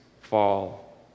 fall